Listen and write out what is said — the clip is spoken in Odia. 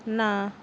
ନା